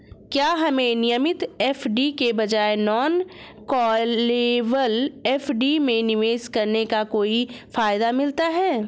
क्या हमें नियमित एफ.डी के बजाय नॉन कॉलेबल एफ.डी में निवेश करने का कोई फायदा मिलता है?